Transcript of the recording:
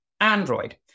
Android